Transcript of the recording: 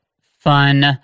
fun